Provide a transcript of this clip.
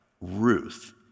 Ruth